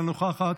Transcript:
אינה נוכחת,